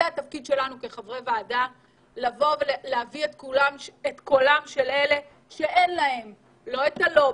התפקיד שלנו כחברי ועדה הוא להביא את קולם של אלה שאין להם לובי,